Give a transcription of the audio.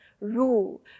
rule